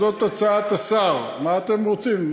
זאת הצעת השר, מה אתם רוצים?